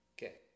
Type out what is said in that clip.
Okay